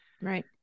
right